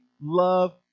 love